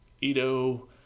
Ito